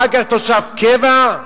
אחר כך תושב קבע.